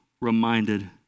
reminded